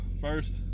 first